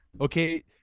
okay